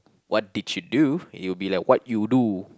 what did you do it will be like what you do